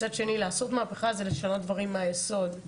מצד שני לעשות מהפיכה זה לשנות דברים מהיסוד.